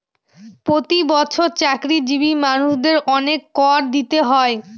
প্রতি বছর চাকরিজীবী মানুষদের অনেক কর দিতে হয়